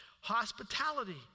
hospitality